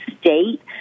state